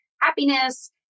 happiness